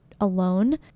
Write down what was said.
alone